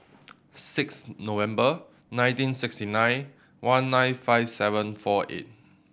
six November nineteen sixty nine one nine five seven four eight